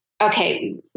okay